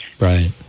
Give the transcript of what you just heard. Right